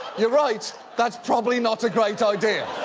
you're right. that's probably not a great idea.